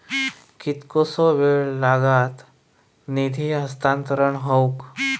कितकोसो वेळ लागत निधी हस्तांतरण हौक?